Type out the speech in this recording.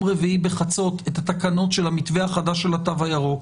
רביעי בחצות את התקנות של המתווה החדש של התו הירוק,